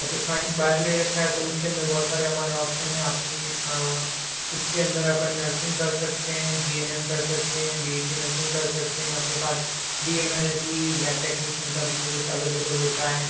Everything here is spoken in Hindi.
अच्छा साइंस बायो ले रखा है तो उसके अन्दर बहुत सारे हमारे यहाँ ऑप्शन है आपनी इसके अन्दर अपन नर्सिंग कर सकते हैं जि एन एम कर सकते हैं बी एस सी नर्सिंग कर सकते हैं अपने पास D M L T lab technician का भी कोर्स अवेलेबल होता है